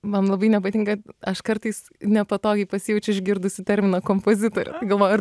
man labai nepatinka aš kartais nepatogiai pasijaučiu išgirdusi terminą kompozitorė galvoju ar